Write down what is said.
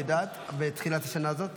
את יודעת מתוך כמה מתחילת השנה הזאת?